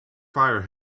fire